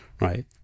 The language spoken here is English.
Right